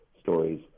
stories